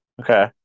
Okay